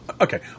Okay